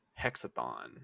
Hexathon